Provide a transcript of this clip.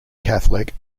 catholic